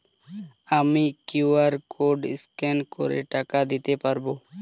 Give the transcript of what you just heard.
আমি QR code scan করে টাকা দিতে পারবো?